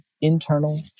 internal